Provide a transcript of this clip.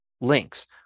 links